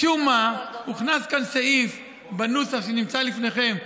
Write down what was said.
משום מה הוכנס סעיף בנוסח שנמצא לפניכם,